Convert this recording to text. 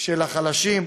של החלשים.